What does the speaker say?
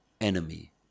enemy